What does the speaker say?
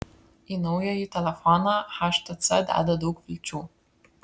į naująjį telefoną htc deda daug vilčių